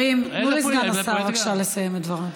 חברים, תנו לסגן השר בבקשה לסיים את דבריו.